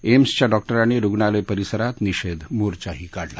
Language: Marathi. एम्सच्या डॉक्टरांनी रुग्णालय परिसरात निषधीमोर्चाही काढला